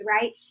right